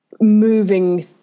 moving